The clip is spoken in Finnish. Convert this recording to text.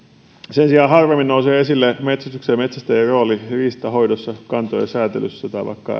sen sijaan harvemmin nousee esille metsästyksen ja metsästäjän rooli riistanhoidossa kantojen säätelyssä tai vaikka